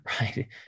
Right